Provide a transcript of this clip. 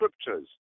scriptures